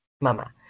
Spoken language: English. mama